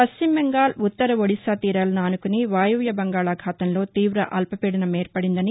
పశ్చిమ బెంగాల్ ఉత్తర ఒడిషా తీరాలను ఆనుకుని వాయవ్య బంగాళాఖాతంలో తీవ అల్పపీడనం ఏర్పడిందని